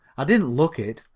i didn't look it,